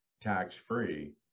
tax-free